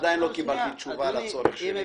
עדיין לא קיבלתי תשובה לצורך שלי.